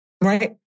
right